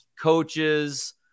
coaches